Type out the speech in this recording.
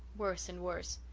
worse and worse!